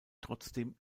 trotzdem